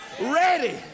ready